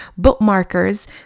bookmarkers